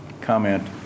comment